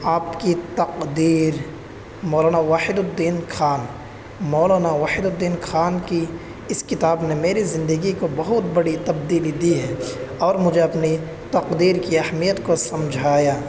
آپ کی تقدیر مولانا واحد الدین خان مولانا واحد الدین خان کی اس کتاب نے میری زندگی کو بہت بڑی تبدیلی دی ہے اور مجھے اپنی تقدیر کی اہمیت کو سمجھایا